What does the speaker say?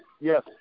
Yes